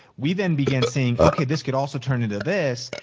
we then began seeing, okay, this could also turn into this,